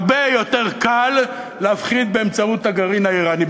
הרבה יותר קל להפחיד באמצעות הגרעין האיראני.